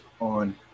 on